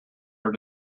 are